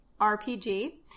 RPG